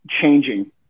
changing